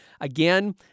Again